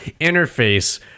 interface